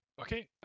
Okay